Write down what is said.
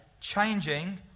changing